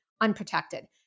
unprotected